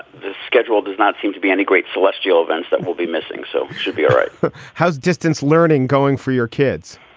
the schedule does not seem to be any great celestial events that will be missing. so it should be. all right how's distance learning going for your kids?